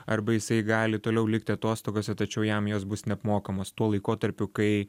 arba jisai gali toliau likti atostogose tačiau jam jos bus neapmokamos tuo laikotarpiu kai